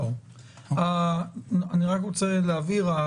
אני רוצה להבהיר: